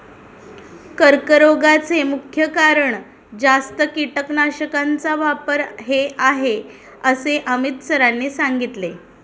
कर्करोगाचे मुख्य कारण जास्त कीटकनाशकांचा वापर हे आहे असे अमित सरांनी सांगितले